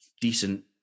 decent